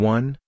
One